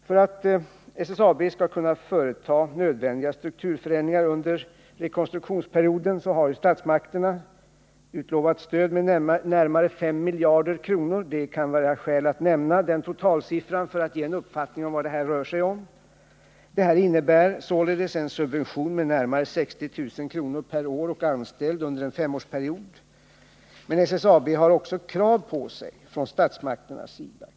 För att SSAB skall kunna företa nödvändiga strukturförändringar under rekonstruktionsperioden har statsmakterna utlovat stöd med nära 5 miljarder kronor. Det kan vara skäl att nämna den totalsiffran för att ge en uppfattning om vad det här rör sig om. Detta innebär således en subvention med närmare 60 000 kr. per år och anställd under en femårsperiod. Men SSAB har också krav på sig från statsmakternas sida.